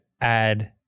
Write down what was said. add